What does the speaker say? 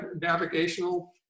navigational